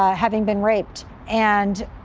ah having been raped. and,